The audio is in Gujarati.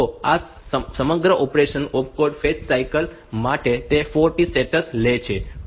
તો આ સમગ્ર ઓપરેશન ઓપકોડ ફેચ સાયકલ માટે તે 4 T સ્ટેટ્સ લે છે